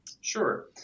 Sure